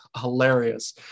hilarious